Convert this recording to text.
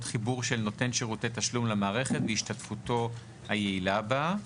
חיבור של נותן שירותי תשלום למערכת והשתתפותו היעילה בה.